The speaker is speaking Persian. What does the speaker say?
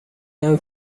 کمی